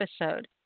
episode